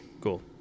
cool